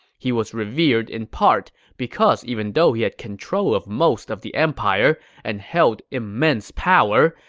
he was revered in part because even though he had control of most of the empire and held immense power,